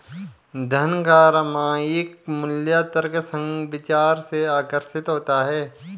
धन का सामयिक मूल्य तर्कसंग विचार से आकर्षित होता है